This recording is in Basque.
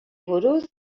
buruz